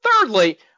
Thirdly